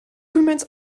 remains